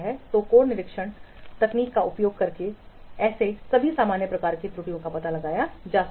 तो कोड निरीक्षण तकनीकों का उपयोग करके ऐसे सभी सामान्य प्रकार की त्रुटियों का पता लगाया जा सकता है